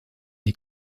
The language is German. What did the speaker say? die